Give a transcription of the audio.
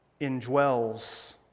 indwells